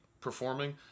performing